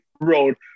road